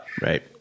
Right